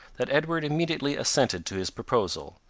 that edward immediately assented to his proposal,